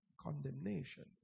condemnation